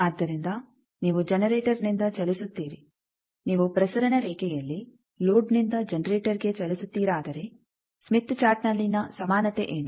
ಆದ್ದರಿಂದ ನೀವು ಜನರೇಟರ್ನಿಂದ ಚಲಿಸುತ್ತೀರಿ ನೀವು ಪ್ರಸರಣ ರೇಖೆಯಲ್ಲಿ ಲೋಡ್ನಿಂದ ಜನರೇಟರ್ಗೆ ಚಲಿಸುತ್ತೀರಾದರೆ ಸ್ಮಿತ್ ಚಾರ್ಟ್ನಲ್ಲಿನ ಸಮಾನತೆ ಏನು